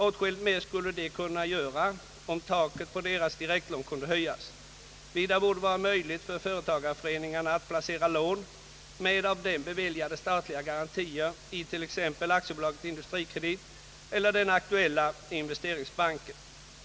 Åtskilligt mer skulle de kunna göra om taket på deras direktlån kunde höjas. Vidare borde det vara möjligt för företagarföreningarna att placera lån med av dem beviljade statliga garantier i t.ex. AB Industrikredit eller den aktuella investeringsbanken.